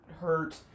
hurt